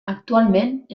actualment